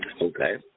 Okay